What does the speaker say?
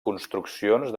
construccions